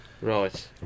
Right